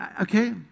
Okay